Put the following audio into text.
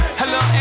hello